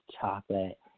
chocolate